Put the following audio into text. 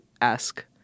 ask